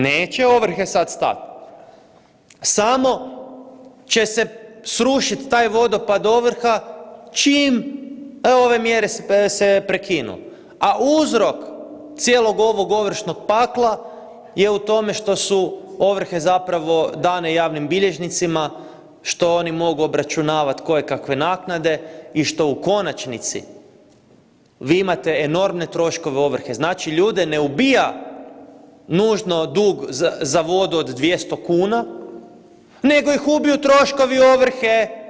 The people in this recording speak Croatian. Neće ovrhe sad stati, samo će se srušiti taj vodopad ovrha, čim ove mjere se prekinu, a uzrok cijelog ovog ovršnog pakla je u tome što su ovrhe zapravo dane javnim bilježnicima, što oni mogu obračunavati kojekakve naknade i što u konačnici, vi imate enormne troškove ovrhe, znači ljude ne ubija nužno dug za vodu od 200 kuna, nego ih ubiju troškovi ovrhe.